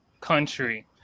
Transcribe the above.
country